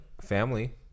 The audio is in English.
family